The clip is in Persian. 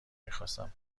میخواستم